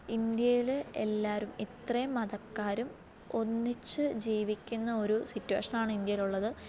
ഇന്ത്യയിൽ എല്ലാവരും ഇത്രയും മതക്കാരും ഒന്നിച്ചു ജീവിക്കുന്ന ഒരു സിറ്റുവേഷൻ ആണ് ഇന്ത്യയിലുഉളത്